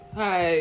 hi